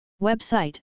Website